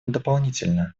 дополнительно